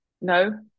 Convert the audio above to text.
No